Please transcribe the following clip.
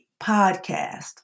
podcast